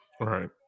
right